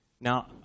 Now